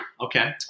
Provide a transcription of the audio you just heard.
okay